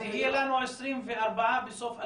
אז יהיו לנו 24 בסוף 2022?